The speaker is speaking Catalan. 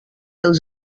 els